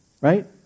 right